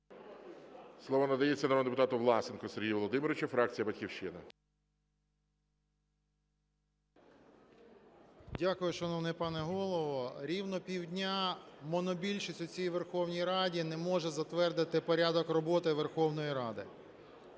Слово надається народному депутату Власенку Сергію Володимировичу, фракція "Батьківщина". 12:59:45 ВЛАСЕНКО С.В. Дякую, шановний пане Голово. Рівно пів дня монобільшість у цій Верховній Раді не може затвердити порядок роботи Верховної Ради.